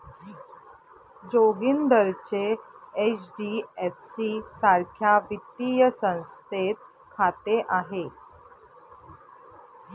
जोगिंदरचे एच.डी.एफ.सी सारख्या वित्तीय संस्थेत खाते आहे